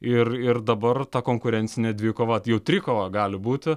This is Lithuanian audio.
ir ir dabar ta konkurencinė dvikova jau trikova gali būti